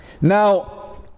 Now